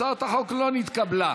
הצעת החוק לא נתקבלה.